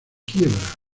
quiebra